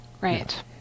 right